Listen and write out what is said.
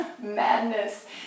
madness